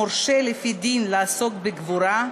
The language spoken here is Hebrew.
המורשה לפי דין לעסוק בקבורה,